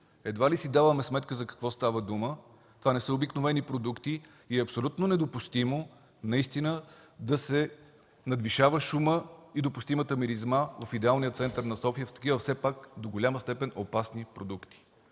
Едва ли си даваме сметка за какво става дума. Това не са обикновени продукти. Абсолютно е недопустимо да се надвишават шумът и допустимата миризма в идеалния център на София от такива все пак до голяма степен опасни продукти.